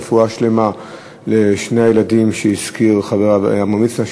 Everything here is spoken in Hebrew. רפואה שלמה לשני הילדים שהזכיר חבר הכנסת עמרם מצנע,